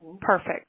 Perfect